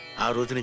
ours and